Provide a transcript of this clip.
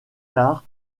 tard